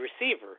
receiver